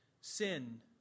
sin